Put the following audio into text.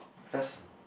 I just